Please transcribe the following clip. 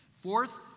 Fourth